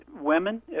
Women